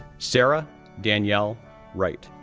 sarah danielle wright,